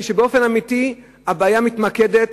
כשבאמת הבעיה מתמקדת